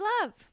love